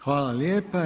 Hvala lijepa.